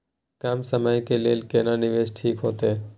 कम समय के लेल केना निवेश ठीक होते?